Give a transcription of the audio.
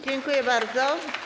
Dziękuję bardzo.